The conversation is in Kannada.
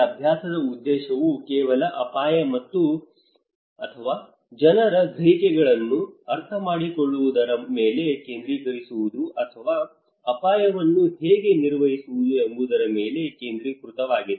ಆ ಅಭ್ಯಾಸದ ಉದ್ದೇಶವು ಕೇವಲ ಅಪಾಯ ಅಥವಾ ಜನರ ಗ್ರಹಿಕೆಗಳನ್ನು ಅರ್ಥಮಾಡಿಕೊಳ್ಳುವುದರ ಮೇಲೆ ಕೇಂದ್ರೀಕರಿಸುವುದು ಅಥವಾ ಅಪಾಯವನ್ನು ಹೇಗೆ ನಿರ್ವಹಿಸುವುದು ಎಂಬುದರ ಮೇಲೆ ಕೇಂದ್ರೀಕೃತವಾಗಿದೆ